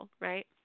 right